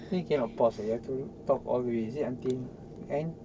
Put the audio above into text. think cannot pause is it have to talk all the way is it until end